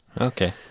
Okay